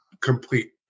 complete